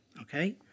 okay